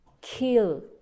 kill